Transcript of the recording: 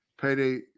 payday –